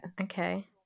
okay